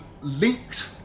linked